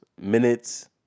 minutes